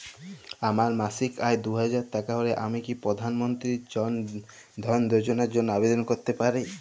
আমার মাসিক আয় দুহাজার টাকা হলে আমি কি প্রধান মন্ত্রী জন ধন যোজনার জন্য আবেদন করতে পারি?